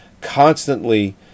constantly